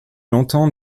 longtemps